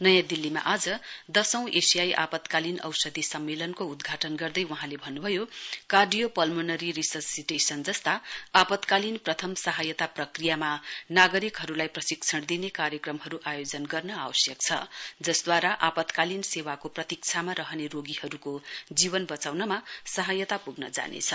नयाँ दिल्लीमा आज दशौं एशियाई आपतकालीन औषधी सम्मेलनको उदघाटन गर्दै वहाँले भन्न भयो कार्डीप्लमनेरी रिससटेसन जस्ता आपतकालीन प्रथम सहायता प्रक्रियामा नागरिकहरूलाई प्रशिक्षण दिने कार्यक्रम आयोजना गर्न आवश्यक छ जसद्वारा आपतकालीन सेवाको प्रतीक्षामा रहने रोगीहरूको जीवन बचाउनमा सहायता पुग्न जानेछ